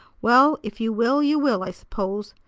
well, if you will, you will, i suppose.